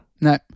No